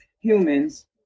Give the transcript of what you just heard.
humans